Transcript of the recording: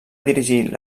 dirigir